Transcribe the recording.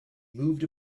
moved